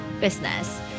business